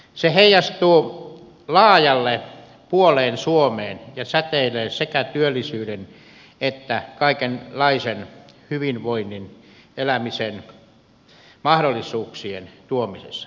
se heijastuu laajalle puoleen suomeen ja säteilee sekä työllisyyden että kaikenlaisen hyvinvoinnin elämisen mahdollisuuksien tuomisessa